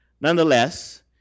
Nonetheless